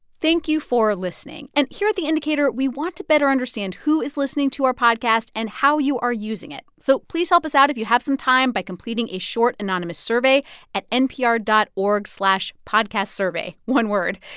thank you for listening. and here at the indicator, we want to better understand who is listening to our podcast and how you are using it. so please help us out if you have some time by completing a short anonymous survey at npr dot org slash podcastsurvey one word.